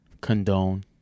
condone